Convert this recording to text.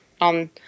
on